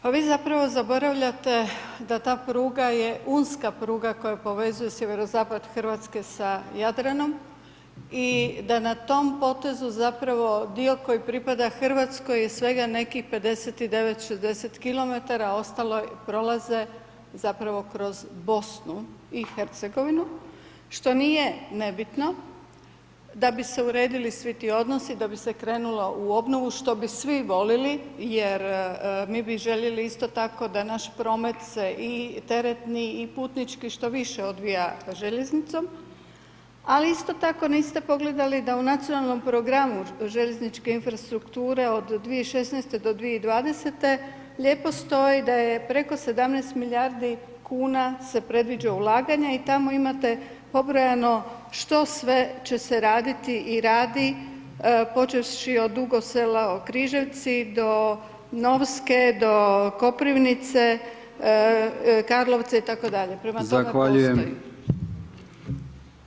Pa vi zapravo zaboravljate da ta pruga je unska pruga koja povezuje sjeverozapad Hrvatske sa Jadranom i da na tom potezu zapravo dio koji pripada Hrvatskoj je svega nekih 59, 60 km, ostalo prolaze zapravo kroz BiH što nije nebitno, da bi se uredili svi ti odnosi, da bi se krenulo u obnovu, što bi svi volili jer mi bi željeli isto tako da naša promet se i teretni i putnički što više odvija željeznicom, a isto tako niste pogledali da u nacionalnom programu željezničke infrastrukture od 2016.-2020. lijepo stoji da je preko 17 milijardi kn se predviđa ulaganja i tamo imate pobrojano što sve će se raditi i radi, počevši od Dugog Sela-Križevci, do Novske, do Koprivnice, Karlovca itd., [[Upadica: Zahvaljujem.]] prema tome postoji.